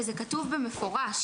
וזה כתוב במפורש,